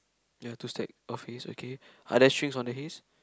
there are two stack of hays okay are there strings on the hays